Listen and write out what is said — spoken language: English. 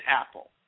Apple